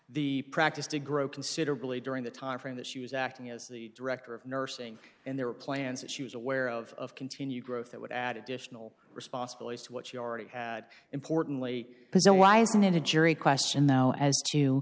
the practice to grow considerably during the timeframe that she was acting as the director of nursing and there were plans that she was aware of continued growth that would add additional responsibilities to what she already had importantly because the why isn't it a jury question though as to